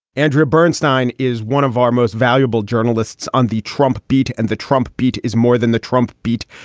andrea bernstine is one of our most valuable journalists on the trump beat. and the trump beat is more than the trump beat.